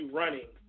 running